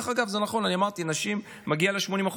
דרך אגב, זה נכון, בנשים זה מגיע ל-80%.